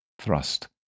thrust